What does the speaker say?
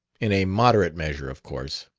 in a moderate measure, of course.